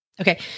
Okay